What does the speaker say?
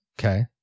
Okay